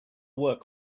work